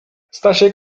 stasiek